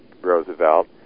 Roosevelt